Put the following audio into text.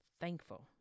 thankful